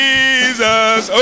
Jesus